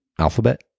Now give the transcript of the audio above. Alphabet